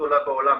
הגדולה בעולם.